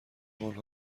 آنها